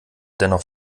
dennoch